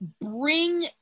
bring